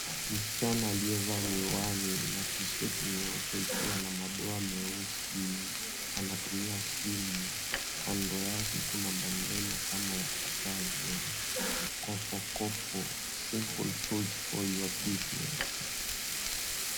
Msichana aliyevaa miwani na tisheti nyeupe ikiwa na madoa meusi, anatumia simu. Kando yake kuna maneno kama yafuatavyo, "Kopo Kopo, Simple Tools for your Business".